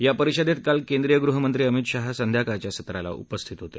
या परिषदेत काल केंद्रिय गृहमंत्री अमित शाह संध्याकाळच्या सत्राला उपस्थित होते